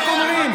רק אומרים: